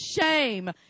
shame